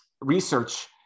research